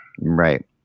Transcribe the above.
Right